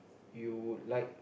you would like